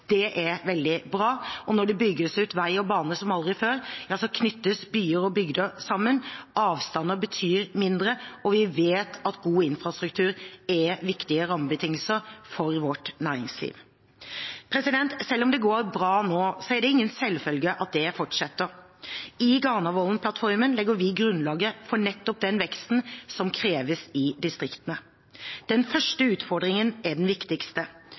Det er veldig bra. Og når det bygges ut vei og bane som aldri før, knyttes byer og bygder sammen, avstander betyr mindre, og vi vet at god infrastruktur er viktige rammebetingelser for vårt næringsliv. Selv om det går bra nå, er det ingen selvfølge at det fortsetter. I Granavolden-plattformen legger vi grunnlaget for nettopp den veksten som kreves i distriktene. Den første utfordringen er den viktigste: